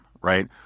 right